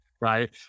right